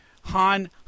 Han